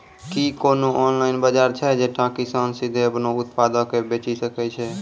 कि कोनो ऑनलाइन बजार छै जैठां किसान सीधे अपनो उत्पादो के बेची सकै छै?